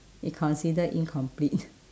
it consider incomplete